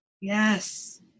Yes